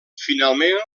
finalment